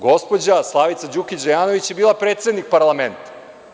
Gospođa Slavica Đukić Dejanović je bila predsednik parlamenta.